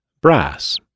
Brass